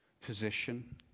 position